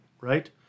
right